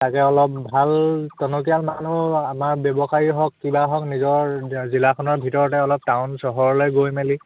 তাকে অলপ ভাল টনকীয়াল মানুহ আমাৰ ব্যৱসায়ী হওক কিবা হওক নিজৰ জিলাখনৰ ভিতৰতে অলপ টাউন চহৰলৈ গৈ মেলি